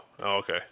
okay